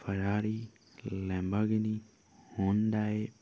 Ferrari Lamborghini Hyundai